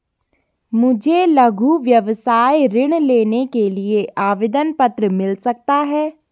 मुझे लघु व्यवसाय ऋण लेने के लिए आवेदन पत्र मिल सकता है?